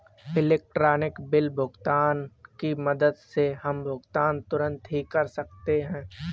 electronic bill भुगतान की मदद से हम भुगतान तुरंत ही कर सकते हैं